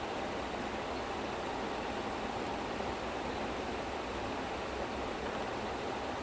but honestly I think they should vijay should also just released his movie in the theatre in the streaming platform also